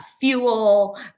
fuel